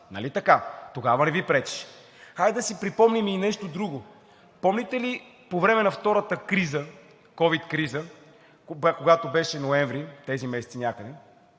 нали така?! Тогава не Ви пречеше! Хайде да си припомним и нещо друго. Помните ли по време на втората ковид криза, когато беше – ноември, тези месеци някъде,